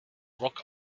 rock